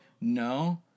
no